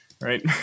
right